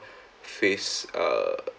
face uh